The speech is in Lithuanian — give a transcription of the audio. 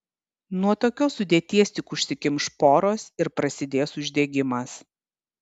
nuo tokios sudėties tik užsikimš poros ir prasidės uždegimas